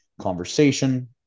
conversation